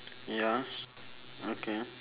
ya okay